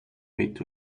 with